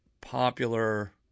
popular